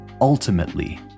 ultimately